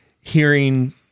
hearing